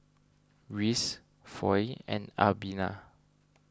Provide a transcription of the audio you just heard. Reese Foy and Albina